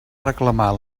reclamar